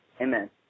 Amen